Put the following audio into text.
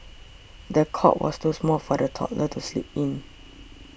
the cot was too small for the toddler to sleep in